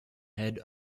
head